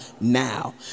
now